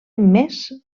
més